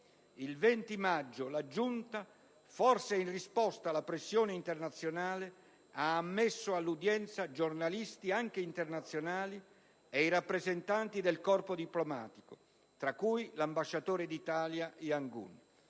II 20 maggio la giunta, forse in risposta alla pressione internazionale, ha ammesso all'udienza giornalisti, anche internazionali, e i rappresentanti del Corpo diplomatico (tra cui l'Ambasciatore d'Italia a Yangoon),